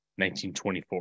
1924